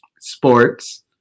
sports